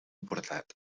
importat